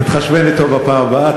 תתחשבן אתו בפעם הבאה.